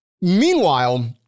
Meanwhile